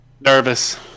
Nervous